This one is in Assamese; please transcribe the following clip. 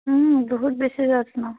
বহুত বেছি যত্ন